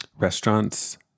Restaurants